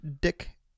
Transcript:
dick